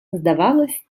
здавалось